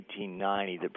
1890